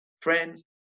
Friends